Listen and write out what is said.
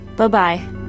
Bye-bye